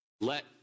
Let